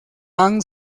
han